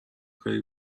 کاری